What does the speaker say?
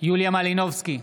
יוליה מלינובסקי,